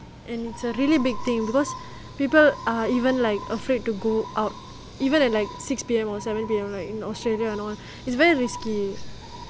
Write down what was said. and it's a really big thing because people are even like afraid to go out even at like six P_M or seven P_M like in australia and all its very risky